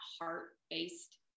heart-based